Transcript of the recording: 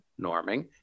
norming